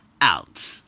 out